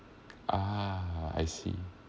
ah I see